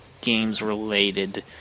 games-related